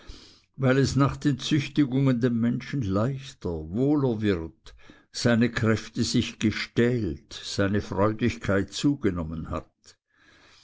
weil es nach den züchtigungen dem menschen leichter wohler wird seine kräfte sich gestählt seine freudigkeit zugenommen hat